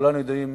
וכולנו יודעים